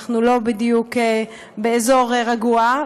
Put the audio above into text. אנחנו לא בדיוק באזור רגוע,